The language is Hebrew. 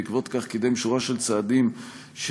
ובעקבות זאת קידם שורה של צעדים שצפויים